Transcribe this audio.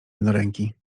jednoręki